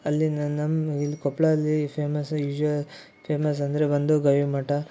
ಅಲ್ಲಿ ನ ನಮ್ಮ ಈ ಕೊಪ್ಳದಲ್ಲಿ ಫೇಮಸ್ ಯೂಝ ಫೇಮಸ್ ಅಂದರೆ ಒಂದು ಗವಿ ಮಠ